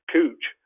Cooch